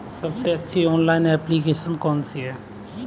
सबसे अच्छी online application कौन सी है?